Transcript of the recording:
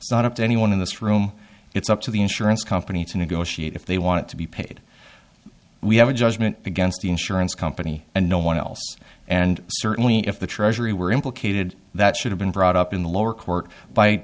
it's not up to anyone in this room it's up to the insurance company to negotiate if they want to be paid we have a judgment against the insurance company and no one else and certainly if the treasury were implicated that should have been brought up in the lower court by